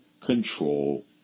control